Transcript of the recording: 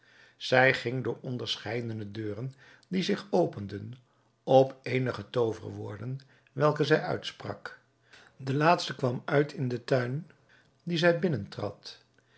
zij ging door onderscheidene deuren die zich openden op eenige tooverwoorden welke zij uitsprak de laatste kwam uit in den tuin dien zij